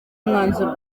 umwanzuro